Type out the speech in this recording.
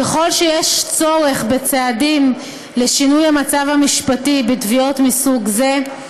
ככל שיש צורך בצעדים לשינוי המצב המשפטי בתביעות מסוג זה,